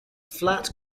flat